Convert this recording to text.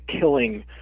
killing